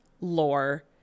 lore